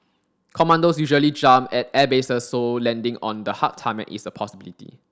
commandos usually jump at airbases so landing on the hard tarmac is a possibility